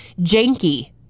Janky